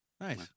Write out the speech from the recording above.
Nice